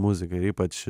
muzika ir ypač